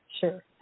Sure